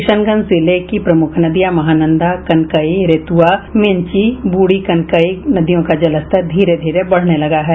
किशनगंज जिले की प्रमुख नदियां महानंदा कनकई रेतुवा मेंची बूढ़ी कनकई नदियों का जलस्तर धीरे धीरे बढ़ने लगा है